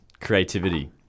creativity